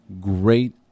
great